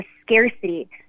scarcity